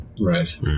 Right